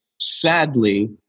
Sadly